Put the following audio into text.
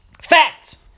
Fact